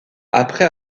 après